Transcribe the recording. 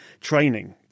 training